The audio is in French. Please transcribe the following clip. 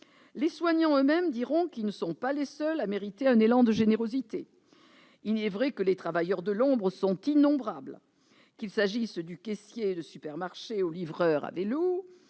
Les soignants eux-mêmes diront qu'ils ne sont pas les seuls à mériter un élan de générosité. Il est vrai que les travailleurs de l'ombre sont innombrables : qu'il s'agisse du caissier de supermarché, du livreur à vélo,